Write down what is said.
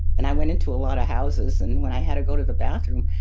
and i went into a lot of houses and when i had to go to the bathroom,